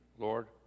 Lord